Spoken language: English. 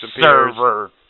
server